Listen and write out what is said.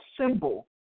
symbol